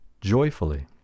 joyfully